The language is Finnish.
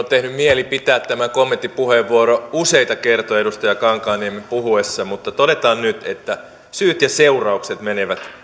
tehnyt mieli pitää tämä kommenttipuheenvuoro useita kertoja edustaja kankaanniemen puhuessa mutta todetaan nyt että syyt ja seuraukset menevät